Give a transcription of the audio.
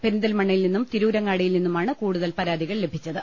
പെരിന്തൽമണ്ണയിൽ നിന്നും തിരൂരങ്ങാടിയിൽ നിന്നുമാണ് കൂടുതൽ പരാതികൾ ലഭിച്ചത്